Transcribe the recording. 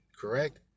correct